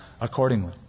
accordingly